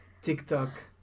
TikTok